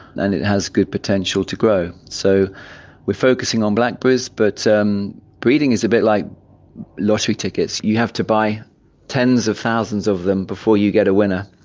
and it has good potential to grow. so we're focusing on blackberries. but um breeding is a bit like lottery tickets, you have to buy tens of thousands of them before you get a winner.